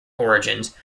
origins